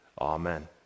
Amen